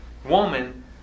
woman